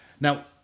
Now